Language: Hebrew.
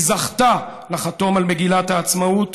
היא זכתה לחתום על מגילת העצמאות,